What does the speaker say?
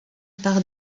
par